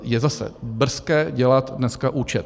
Je zase brzké dělat dneska účet.